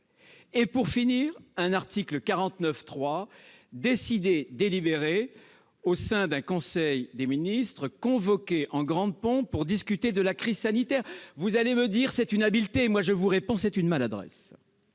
et, pour finir, un article 49-3 décidé au sein d'un conseil des ministres convoqué en grande pompe pour discuter de la crise sanitaire ! Vous nous direz que c'est une habilité ; moi, je vous répondrai que c'est une maladresse.